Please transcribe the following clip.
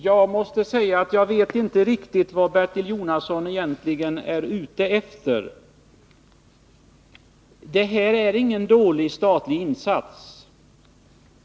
Herr talman! Jag vet inte riktigt vad Bertil Jonasson egentligen är ute efter. Detta är ingen dålig statlig insats.